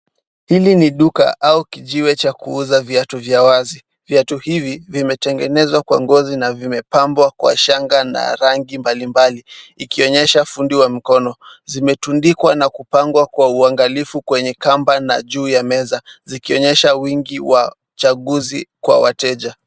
Hili ni duka au kijiwe cha kuuza viatu vya wazi. Viatu hivi, vimetengenezwa kwa ngozi na vimepambwa kwa shanga na rangi mbalimbali, ikionyesha fundi wa mkono. Vimetundikwa na kupangwa kwa uangalifu kwenye kamba na juu ya meza zikionyesha wingi wa chaguzi kwa wateja.